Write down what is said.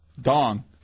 Dong